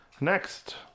next